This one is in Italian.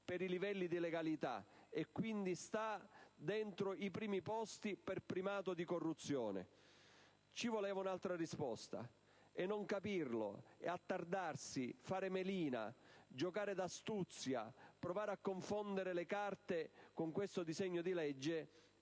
per i livelli di legalità e che quindi è ai primi posti per indice di corruzione. Ci voleva un'altra risposta e non capirlo, attardarsi, fare melina, giocare d'astuzia, provare a confondere le carte con questo disegno di legge